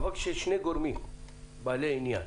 אבל כששני גורמים בעלי עניין